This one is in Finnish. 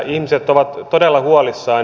ihmiset ovat todella huolissaan